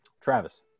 Travis